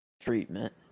treatment